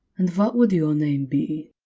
and what would your name be?